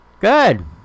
Good